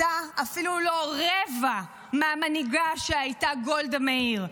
אתה אפילו לא רבע מהמנהיגה שהייתה גולדה מאיר.